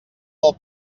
del